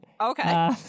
Okay